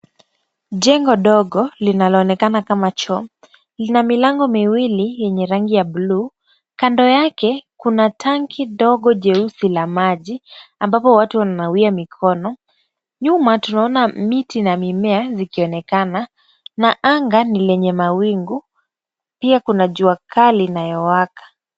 Jengo dogo linaloonekana kama choo, lina milango miwili yenye rangi ya bluu. Kando yake kuna tanki dogo jeusi la maji ambapo watu wananamia mikono. Nyuma tunaona miti na mimea zikionekana, na anga ni lenye mawingu, pia kuna jua kali inayowaka.